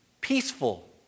peaceful